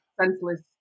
senseless